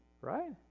Right